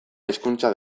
hizkuntza